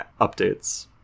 updates